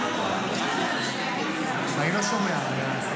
לא שומע.